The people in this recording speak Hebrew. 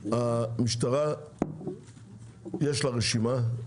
למשטרה יש רשימה,